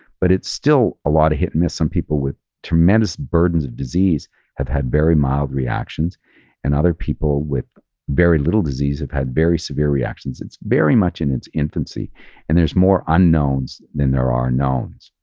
but it's still a lot of hit and miss. some people with tremendous burdens of disease have had very mild reactions and other people with very little disease have had very severe reactions. it's very much in its infancy and there's more unknowns than there are knowns.